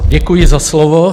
Děkuji za slovo.